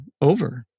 over